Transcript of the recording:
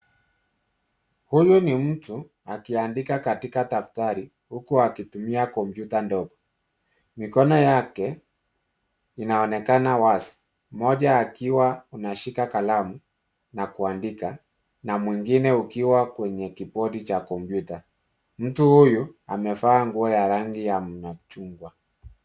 Huyu ni mtu akiandika katika daftari huku akitumia kompyuta ndogo. Mikono yake inaonekana wazi, mmoja akiwa anashika kalamu na kuandika na mwingine ukiwa kwenye keybodi cha kompyuta. Mtu huyu amevaa nguo ya rangi ya machungwa.